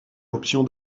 option